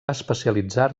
especialitzar